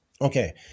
Okay